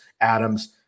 Adams